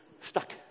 Stuck